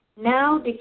now